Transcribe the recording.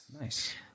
Nice